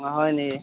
অঁ হয় নেকি